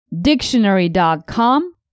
dictionary.com